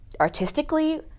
artistically